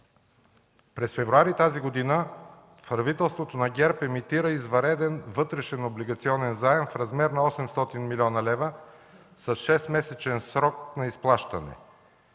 През февруари тази година правителството на ГЕРБ емитира извънреден вътрешен облигационен заем в размер на 800 млн. лв. с 6-месечен срок на изплащане.